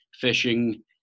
fishing